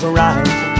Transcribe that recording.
right